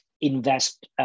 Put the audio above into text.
invest